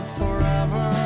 forever